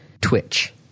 Twitch